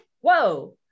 Whoa